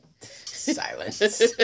Silence